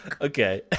Okay